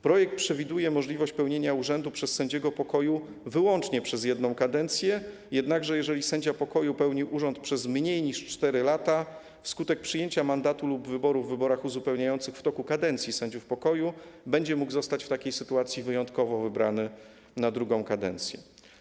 Projekt przewiduje możliwość pełnienia urzędu przez sędziego pokoju wyłącznie przez jedną kadencję, jednakże jeżeli sędzia pokoju pełni urząd przez mniej niż 4 lata wskutek przyjęcia mandatu lub wyboru w wyborach uzupełniających w toku kadencji sędziów pokoju, będzie mógł zostać w takiej sytuacji wyjątkowo wybrany na drugą kadencję.